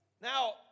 Now